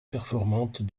performantes